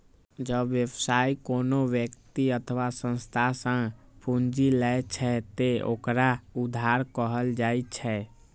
जब व्यवसायी कोनो व्यक्ति अथवा संस्था सं पूंजी लै छै, ते ओकरा उधार कहल जाइ छै